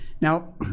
Now